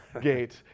gate